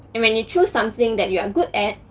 and when you choose something that you are good at,